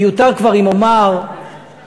מיותר כבר אם אומר שגם